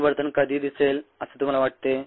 असे वर्तन कधी दिसेल असे तुम्हाला वाटते